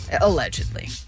Allegedly